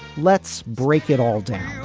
let's break it all down